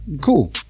Cool